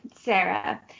Sarah